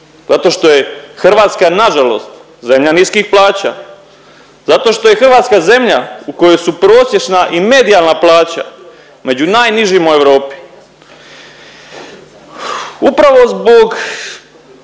zato što je Hrvatska nažalost zemlja niskih plaća, zato što je Hrvatska zemlja u kojoj su prosječna i medijalna plaća među najnižima u Europi. Upravo zbog